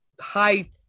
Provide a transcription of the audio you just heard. high